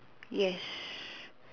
yes